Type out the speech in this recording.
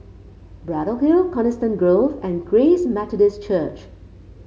Braddell Hill Coniston Grove and Grace Methodist Church